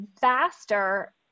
faster